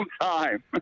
time